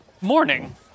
Morning